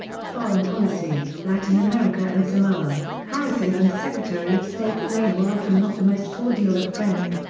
foreign policy latin america and samoa harrison and secretary of state blaine were often not the most cordial of friends,